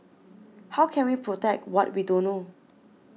how can we protect what we don't know